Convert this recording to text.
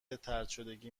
طردشدگی